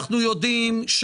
אנו יודעים,